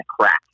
crack